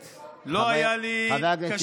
עכשיו,